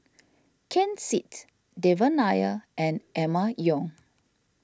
Ken Seet Devan Nair and Emma Yong